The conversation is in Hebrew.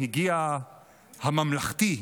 הגיע הממלכתי,